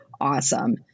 awesome